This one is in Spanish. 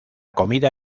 comida